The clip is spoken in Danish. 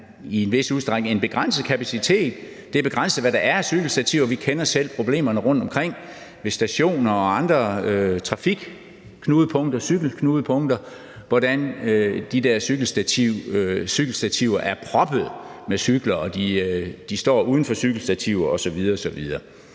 i en vis udstrækning en begrænset kapacitet. Det er begrænset, hvad der er af cykelstativer. Vi kender selv problemerne rundtomkring ved stationer og andre trafik- og cykelknudepunkter, i forhold til hvordan de der cykelstativer er proppet med cykler, og cyklerne står endda uden for cykelstativerne osv. osv.